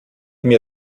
mir